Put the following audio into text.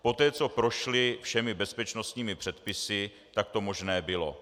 Poté, co prošli všemi bezpečnostními předpisy, tak to možné bylo.